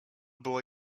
była